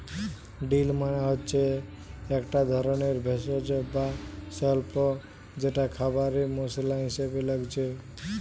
deal মানে হচ্ছে একটা ধরণের ভেষজ বা স্বল্প যেটা খাবারে মসলা হিসাবে লাগছে